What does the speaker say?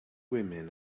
women